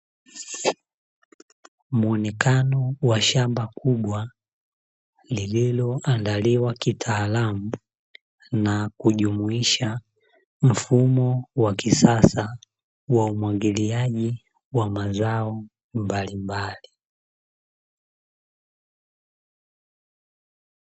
Muonekano wa shamba kubwa, llilo andaliwa kitaalamu na kujumuisha mfumo wa kisasa wa umwagiliaji wa mazao mbalimbali.